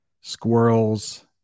squirrels